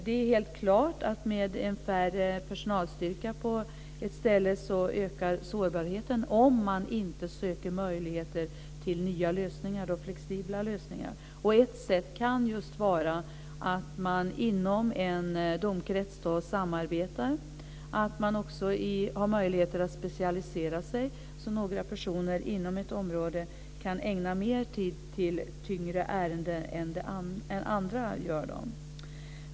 Det är helt klart att med en mindre personalstyrka på ett ställe ökar sårbarheten om man inte söker möjligheter till nya lösningar, flexibla lösningar. Ett sätt kan just vara att man inom en domkrets samarbetar, att man har möjlighet att specialisera sig så att några människor inom ett område kan ägna mer tid till tyngre ärenden än andra gör.